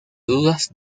dudas